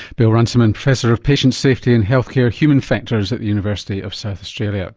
bill runciman professor of patient safety and healthcare human factors at the university of south australia